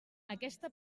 aquesta